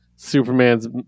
Superman's